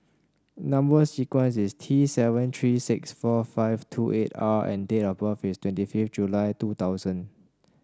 number sequence is T seven three six four five two eight R and date of birth is twenty fifth July two thousand